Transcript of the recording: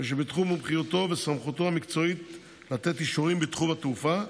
ושבתחום מומחיותו וסמכותו המקצועית לתת אישורים בתחום התעופה,